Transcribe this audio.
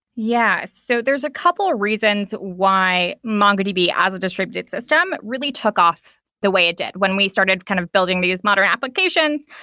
yeah. so there's a couple reasons why mongodb as a distributed system really took off the way it did when we started kind of building these modern applications.